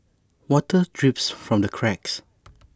water drips from the cracks